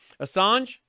Assange